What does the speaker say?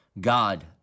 God